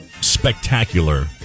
spectacular